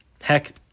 Heck